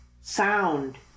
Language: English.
sound